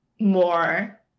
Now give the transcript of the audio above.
more